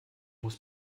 muss